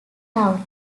town